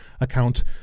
account